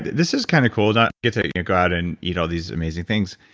this is kind of cool. and i get to go out and eat all these amazing things.